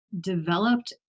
developed